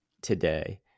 today